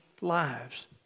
lives